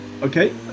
Okay